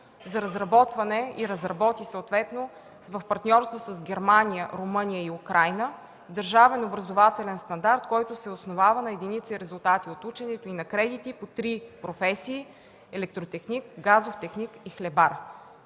за разработване и разработи съответно в партньорство с Германия, Румъния и Украйна държавен образователен стандарт, който се основава на единици резултати от ученето и на кредити по три професии: електротехник, газов техник и хлебар.